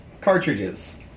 cartridges